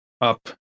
up